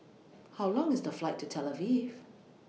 How Long IS The Flight to Tel Aviv